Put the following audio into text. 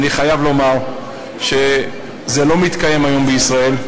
אני חייב לומר שזה לא מתקיים היום בישראל,